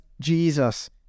Jesus